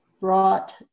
brought